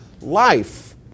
life